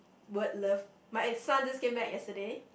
weird love my eh son just came back yesterday